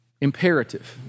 imperative